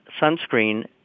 Sunscreen